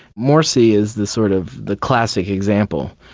morsi is the sort of the classic example,